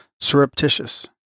surreptitious